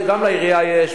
גם לעירייה יש,